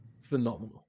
Phenomenal